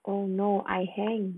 oh no I hang